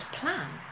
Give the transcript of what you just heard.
plan